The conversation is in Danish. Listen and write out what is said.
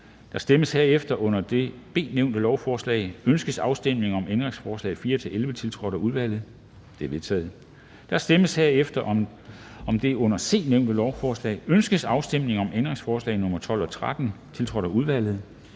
Der stemmes dernæst om det under B nævnte lovforslag: Ønskes afstemning om ændringsforslag nr. 4-11, tiltrådt af udvalget? De er vedtaget. Der stemmes herefter om det under C nævnte lovforslag: Ønskes afstemning om ændringsforslag nr. 12 og 13, tiltrådt af udvalget?